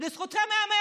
לזכותם ייאמר.